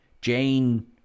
Jane